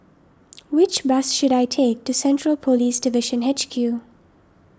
which bus should I take to Central Police Division H Q